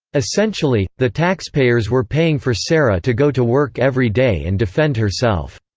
essentially, the taxpayers were paying for sarah to go to work every day and defend herself.